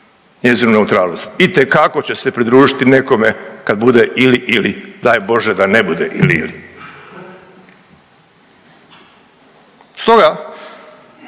njezinu neutralnost. Itekako će se pridružiti nekome kad bude ili-ili, daj Bože da ne bude ili-ili. Stoga